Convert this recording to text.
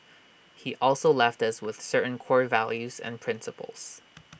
he also left us with certain core values and principles